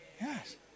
Yes